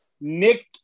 Nick